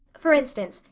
for instance,